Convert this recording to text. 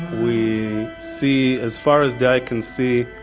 we see, as far as the eye can see,